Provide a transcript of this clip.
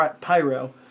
Pyro